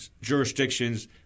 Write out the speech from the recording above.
jurisdictions